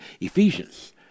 Ephesians